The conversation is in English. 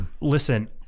Listen